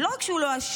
ולא רק שהוא לא אשם,